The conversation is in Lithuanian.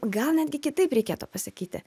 gal netgi kitaip reikėtų pasakyti